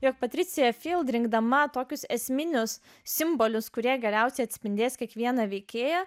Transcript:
jog patricija rinkdama tokius esminius simbolius kurie geriausiai atspindės kiekvieną veikėją